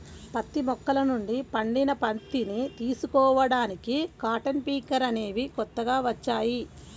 పత్తి మొక్కల నుండి పండిన పత్తిని తీసుకోడానికి కాటన్ పికర్ అనేవి కొత్తగా వచ్చాయి